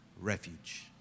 refuge